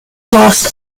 lost